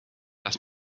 lass